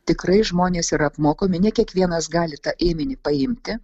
tikrai žmonės yra apmokomi ne kiekvienas gali tą ėminį paimti